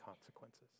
consequences